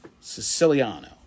Siciliano